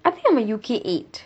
I think I'm a U_K eight